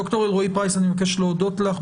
ד"ר אלרעי-פרייס, אני מבקש להודות לך.